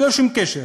ללא שום קשר?